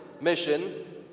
mission